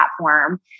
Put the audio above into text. platform